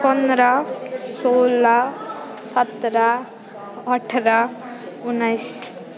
पन्ध्र सोह्र सत्र अठाह्र उन्नाइस